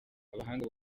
abahanga